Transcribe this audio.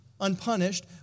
unpunished